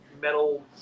metal